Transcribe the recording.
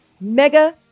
mega